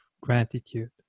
gratitude